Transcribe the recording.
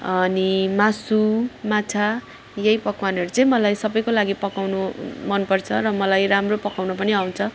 अनि मासु माछा यही पकवानहरू चाहिँ मलाई सबको लागि पकाउनु मन पर्छ र मलाई राम्रो पकाउन पनि आउँछ